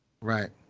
right